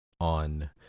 on